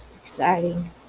exciting